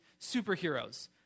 superheroes